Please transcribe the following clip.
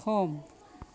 सम